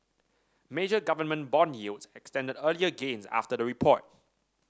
major government bond yields extended earlier gains after the report